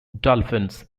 dolphins